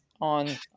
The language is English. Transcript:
on